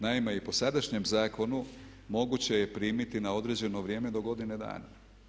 Naime, i po sadašnjem zakonu moguće je primiti na određeno vrijeme do godine dana.